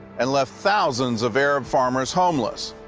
and left thousands of arab farmers homeless.